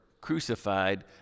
crucified